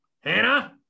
hannah